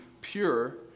pure